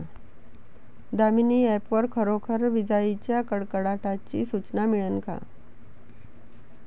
Damini app वर खरोखर विजाइच्या कडकडाटाची सूचना मिळन का?